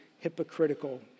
hypocritical